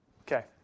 Okay